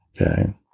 okay